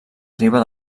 riba